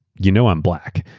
you know i'm black.